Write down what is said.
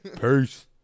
Peace